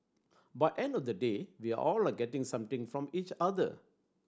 by end of the day we're all are getting something from each other